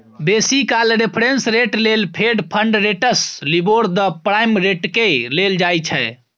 बेसी काल reference rate लेल fed fund rates, LIBOR, the prime रेटकेँ लेल जाइ छै